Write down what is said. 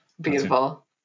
Beautiful